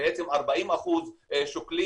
ובעצם 40% שוקלים.